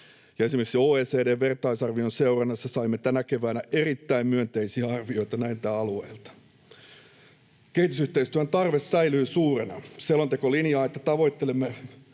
esimerkiksi OECD:n vertaisarvion seurannassa saimme tänä keväänä erittäin myönteisiä arvioita näiltä alueilta. Kehitysyhteistyörahoituksen tarve säilyy suurena. Selonteko linjaa, että tavoittelemme